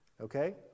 Okay